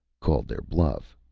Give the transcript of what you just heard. called their bluff,